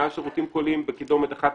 היו שירותים קוליים בקידומת 1919,